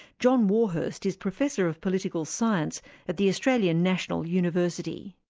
john warhurst is professor of political science at the australian national university.